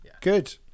good